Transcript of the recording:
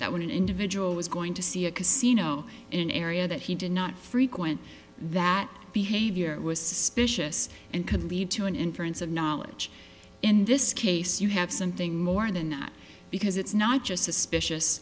that when an individual was going to see a casino in an area that he did not frequent that behavior was suspicious and could lead to an inference of knowledge in this case you have something more and not because it's not just suspicious